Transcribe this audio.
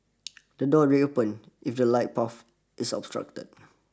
the doors reopen if the light path is obstructed